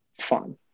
fun